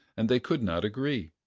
and they could not agree.